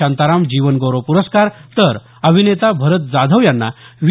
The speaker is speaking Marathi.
शांताराम जीवनगौरव पुरस्कार तर अभिनेता भरत जाधव यांना व्ही